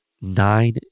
nine